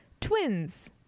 Twins